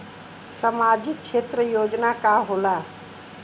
सामाजिक क्षेत्र योजना का होला?